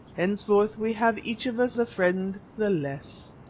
henceforth we have each of us a friend the less.